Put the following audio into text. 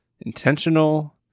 intentional